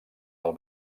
del